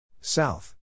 South